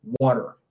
water